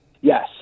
Yes